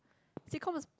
sitcoms